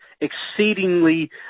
exceedingly